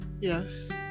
Yes